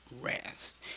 rest